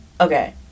Okay